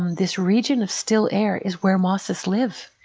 um this region of still air is where mosses live.